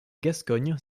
gascogne